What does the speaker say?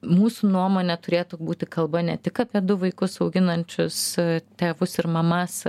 mūsų nuomone turėtų būti kalba ne tik apie du vaikus auginančius tėvus ir mamas